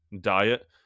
diet